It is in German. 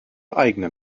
eigene